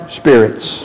spirits